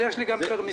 אבל יש לי גם פר משרד.